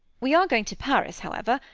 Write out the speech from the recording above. we are going to paris, however,